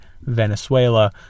Venezuela